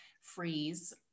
freeze